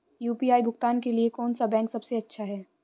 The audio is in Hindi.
यू.पी.आई भुगतान के लिए कौन सा बैंक सबसे अच्छा है?